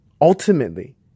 Ultimately